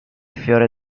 fiore